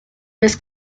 vez